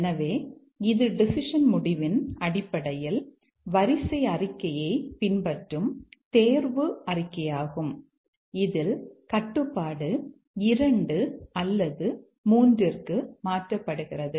எனவே இது டெசிஷன் முடிவின் அடிப்படையில் வரிசை அறிக்கையைப் பின்பற்றும் தேர்வு அறிக்கையாகும் இதில் கட்டுப்பாடு 2 அல்லது 3 க்கு மாற்றப்படுகிறது